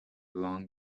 long